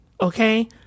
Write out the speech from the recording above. okay